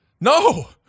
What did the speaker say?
No